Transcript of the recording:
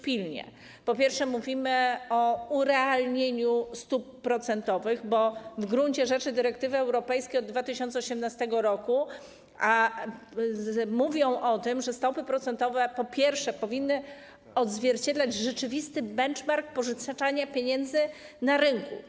Po pierwsze, mówimy o urealnieniu stóp procentowych, bo w gruncie rzeczy dyrektywy europejskie od 2018 r. mówią o tym, że stopy procentowe powinny odzwierciedlać rzeczywisty benchmark pożyczania pieniędzy na rynku.